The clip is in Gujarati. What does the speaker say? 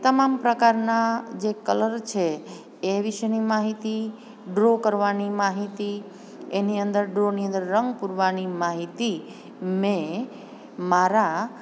તમામ પ્રકારનાં જે કલર છે એ વિષેની માહિતી ડ્રો કરવાની માહિતી એની અંદર ડ્રોની અંદર રંગ પૂરવાની માહિતી મેં મારા